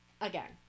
Again